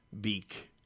beak